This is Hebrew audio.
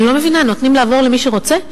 אני לא מבינה, נותנים לעבור למי שרוצה?